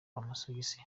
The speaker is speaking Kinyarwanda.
amasogisi